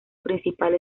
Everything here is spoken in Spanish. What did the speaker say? principal